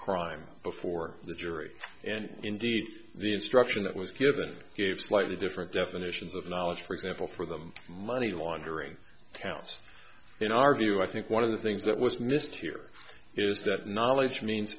crime before the jury and indeed the instruction that was given gave slightly different definitions of knowledge for example for the money laundering counts in our view i think one of the things that was missed here is that knowledge means